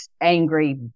Angry